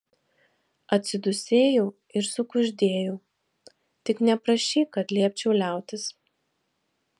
atsidūsėjau ir sukuždėjau tik neprašyk kad liepčiau liautis